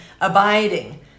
abiding